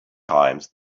times